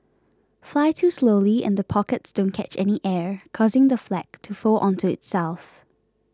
fly too slowly and the pockets don't catch any air causing the flag to fold onto itself